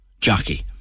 jockey